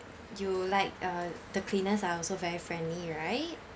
you like uh the cleaners are also very friendly right